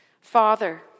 Father